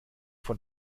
von